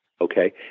Okay